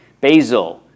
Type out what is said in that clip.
basil